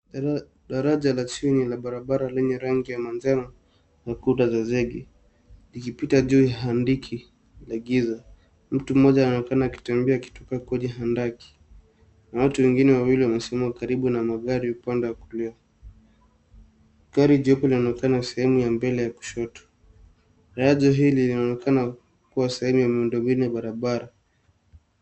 Daraja la chini la barabara lenye rangia ya manjano na kuta za zenge likipita juu ya handiki ya giza. Mtu mmoja anaonekana akitembea akitoka kwenye handaki na watu wengine wawili wamesimama karibu na magari upande wa kulia .Gari jeupe linaonekana sehemu ya mbele ya kushoto. Daraja hili linaonekana kuwa sehemu ya miundo mbinu ya barabara.